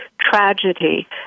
tragedy